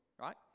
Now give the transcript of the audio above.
right